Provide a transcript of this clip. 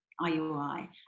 IUI